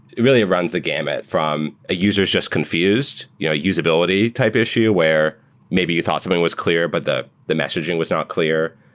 it really runs the gamut from a user is just confused. yeah usability type issue, where maybe you thought something was clear, but the the messaging was not clear.